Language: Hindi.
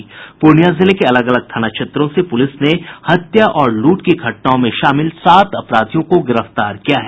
पूर्णियां जिले के अलग अलग थाना क्षेत्रों से पुलिस ने हत्या और लूट की घटनाओं में शामिल सात अपराधियों को गिरफ्तार किया है